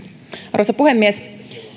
arvoisa puhemies